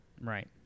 Right